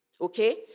Okay